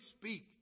speak